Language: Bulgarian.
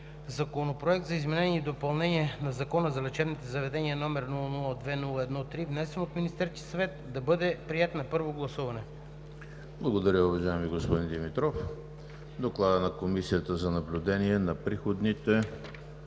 Законопроект за изменение и допълнение на Закона за лечебните заведения, № 002-01-3, внесен от Министерския съвет, да бъде приет на първо гласуване.“ ПРЕДСЕДАТЕЛ ЕМИЛ ХРИСТОВ: Благодаря, уважаеми господин Димитров. С Доклада на Комисията за наблюдение на приходните